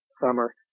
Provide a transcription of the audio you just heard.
summer